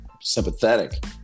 sympathetic